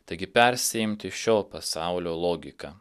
taigi persiimti šio pasaulio logika